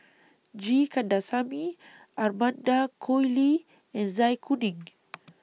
G Kandasamy Amanda Koe Lee and Zai Kuning